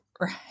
Right